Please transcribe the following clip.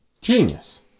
Genius